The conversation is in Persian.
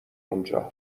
اونجا